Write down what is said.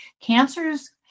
Cancers